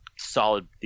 solid